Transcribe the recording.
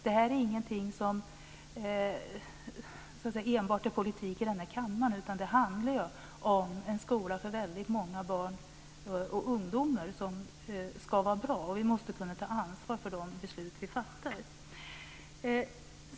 Det här är ingenting som så att säga enbart är politik i den här kammaren, utan det handlar ju om en skola för väldigt många barn och ungdomar som ska vara bra, och vi måste kunna ta ansvar för de beslut vi fattar.